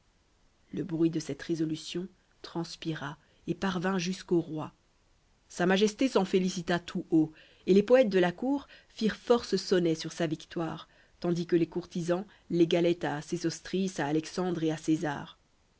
le bruit de cette résolution transpira et parvint jusqu'au roi sa majesté s'en félicita tout haut et les poètes de la cour firent force sonnets sur sa victoire tandis que les courtisans l'égalaient à sésostris à alexandre et à césar